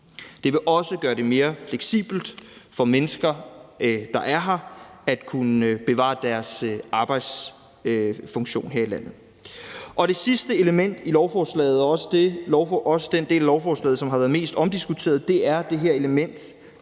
Det vil også gøre det mere fleksibelt for mennesker, der er her, at kunne bevare deres arbejdsfunktion her i landet. Det sidste element i lovforslaget er også den del af lovforslaget, som har været mest omdiskuteret. Det er det her element